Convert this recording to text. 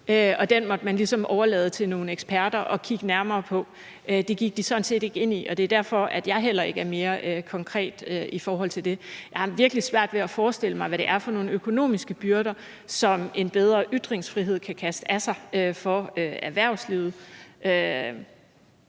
og den måtte man ligesom overlade til nogle eksperter at kigge nærmere på. Det gik de sådan set ikke ind i, og det er derfor, at jeg heller ikke er mere konkret i forhold til det. Jeg har virkelig svært ved at forestille mig, hvad det er for nogle økonomiske byrder, som en bedre ytringsfrihed kan kaste af sig for erhvervslivet.